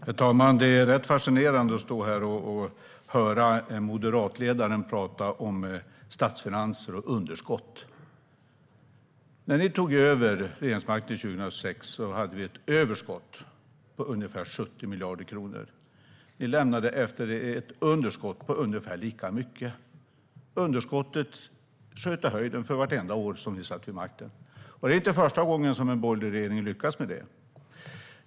Herr talman! Det är rätt fascinerande att stå här och höra moderatledaren prata om statsfinanser och underskott. När ni tog över regeringsmakten 2006 hade vi ett överskott på ungefär 70 miljarder kronor. Ni lämnade efter er ett underskott på ungefär lika mycket. Underskottet sköt i höjden för vartenda år ni satt vid makten. Det är inte första gången som en borgerlig regering lyckas med det.